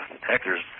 Hector's